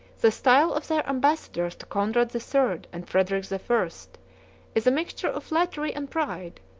the style of their ambassadors to conrad the third and frederic the first is a mixture of flattery and pride,